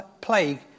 plague